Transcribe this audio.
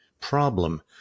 problem